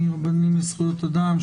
מרבנים לזכויות אדם,